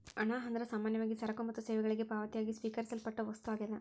ಹಣ ಅಂದ್ರ ಸಾಮಾನ್ಯವಾಗಿ ಸರಕ ಮತ್ತ ಸೇವೆಗಳಿಗೆ ಪಾವತಿಯಾಗಿ ಸ್ವೇಕರಿಸಲ್ಪಟ್ಟ ವಸ್ತು ಆಗ್ಯಾದ